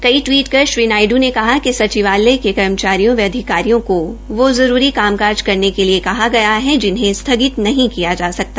कई टवीट कर श्री नायडू ने कहा कि सचिवालय के कर्मचारियों व अधिकारियों को वो जरूरी कामकाज़ करने के लिए कहा गया है जिसे स्थगित नहीं किया जा सकता